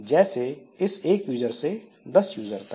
जैसे इस एक यूजर से 10 यूजर तक